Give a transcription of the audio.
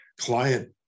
client